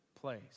place